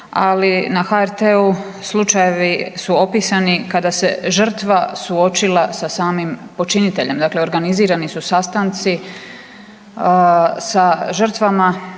ali na HRT-u slučajevi su opisani kada se žrtva suočila sa samim počiniteljem, dakle organizirani su sastanci sa žrtvama